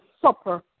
supper